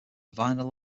vinyl